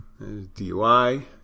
DUI